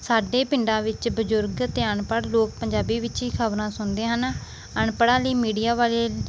ਸਾਡੇ ਪਿੰਡਾਂ ਵਿੱਚ ਬਜ਼ੁਰਗ ਅਤੇ ਅਨਪੜ੍ਹ ਲੋਕ ਪੰਜਾਬੀ ਵਿੱਚ ਹੀ ਖ਼ਬਰਾਂ ਸੁਣਦੇ ਹਨ ਅਨਪੜ੍ਹਾਂ ਲਈ ਮੀਡੀਆ ਵਾਲੇ